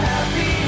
Happy